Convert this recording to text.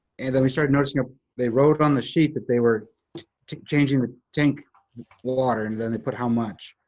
and then we started noticing ah they wrote on the sheet that they were changing the tank water, and then they put how much.